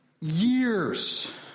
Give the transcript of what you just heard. years